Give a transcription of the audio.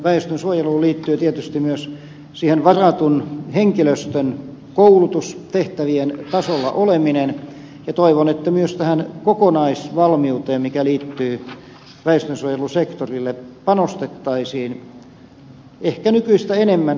väestönsuojeluun liittyy tietysti myös siihen varatun henkilöstön koulutus tehtävien tasolla oleminen ja toivon että myös tähän kokonaisvalmiuteen mikä liittyy väestönsuojelusektorille panostettaisiin ehkä nykyistä enemmän